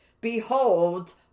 Behold